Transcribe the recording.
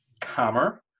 calmer